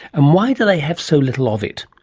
and why do they have so little of it?